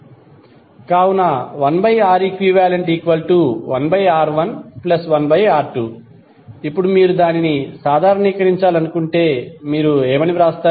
కావున 1Req1R11R2 ఇప్పుడు మీరు దానిని సాధారణీకరించాలనుకుంటే మీరు ఏమి వ్రాస్తారు